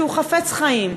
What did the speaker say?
שהוא חפץ חיים,